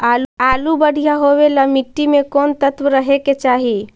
आलु बढ़िया होबे ल मट्टी में कोन तत्त्व रहे के चाही?